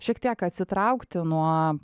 šiek tiek atsitraukti nuo